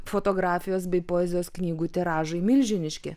fotografijos bei poezijos knygų tiražai milžiniški